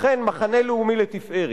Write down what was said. אכן, מחנה לאומי לתפארת.